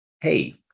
hey